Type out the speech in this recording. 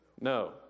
No